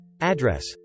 Address